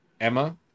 Emma